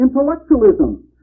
intellectualism